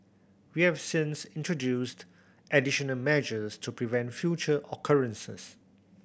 we have since introduced additional measures to prevent future occurrences